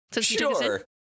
sure